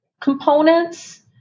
components